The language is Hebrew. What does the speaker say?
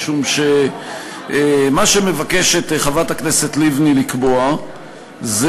משום שמה שמבקשת חברת הכנסת לבני לקבוע זה